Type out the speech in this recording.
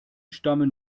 stammen